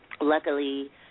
Luckily